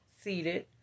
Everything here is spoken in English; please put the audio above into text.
seated